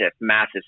massive